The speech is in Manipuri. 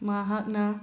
ꯃꯍꯥꯛꯅ